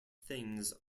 things